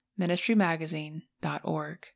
ministrymagazine.org